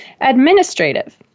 Administrative